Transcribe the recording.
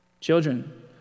Children